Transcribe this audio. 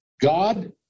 God